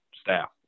staff